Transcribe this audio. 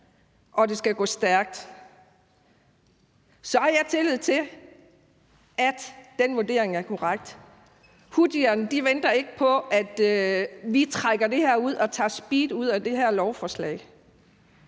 og det skal gå stærkt, så har jeg tillid til, at den vurdering er korrekt. Houthierne venter ikke på, at vi trækker det her ud, og at vi speeder ned i forhold